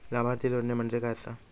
लाभार्थी जोडणे म्हणजे काय आसा?